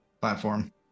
platform